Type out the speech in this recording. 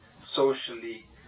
socially